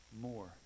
more